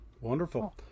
Wonderful